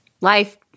Life